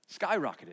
Skyrocketed